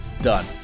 done